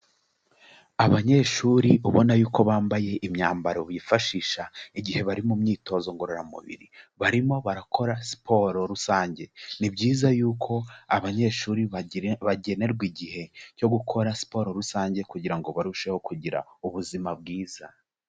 Abanyeshuri ubona yuko bambaye imyambaro bifashisha igihe bari mu myitozo ngororamubiri, barimo barakora siporo rusange, ni byiza yuko abanyeshuri bagenerwa igihe cyo gukora siporo rusange, kugira ngo barusheho kugira ubuzima bwiza.